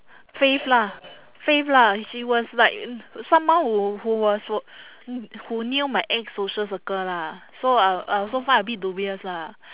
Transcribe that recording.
faith lah faith lah she was like someone who who was wo~ wh~ who knew my ex-social circle lah so uh I also find a bit dubious lah